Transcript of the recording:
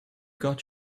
got